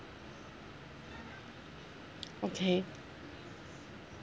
okay